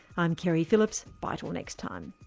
i'm keri phillips, bye till next time